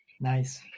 Nice